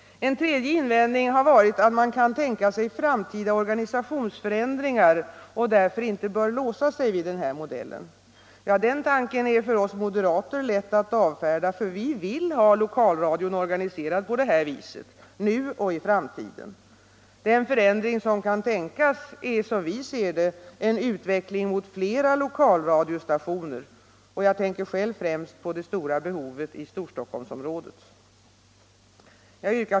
En tredje invändning har varit att man kan tänka sig framtida organisationsförändringar och därför inte bör låsa sig vid den här modellen. Ja, den tanken är för oss lätt att avfärda — vi vill ha lokalradion organiserad på det här viset, nu och i framtiden. Den förändring som kan tänkas är, som vi ser det, en utveckling mot flera lokalradiostationer — jag tänker själv främst på det stora behovet i Storstockholmsområdet.